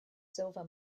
silver